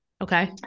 Okay